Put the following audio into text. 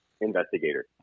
investigator